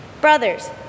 brothers